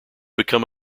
become